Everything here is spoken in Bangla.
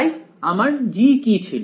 তাই আমার G কি ছিল